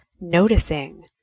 noticing